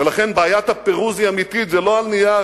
ולכן בעיית הפירוז היא אמיתית ולא על נייר.